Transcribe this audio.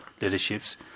leaderships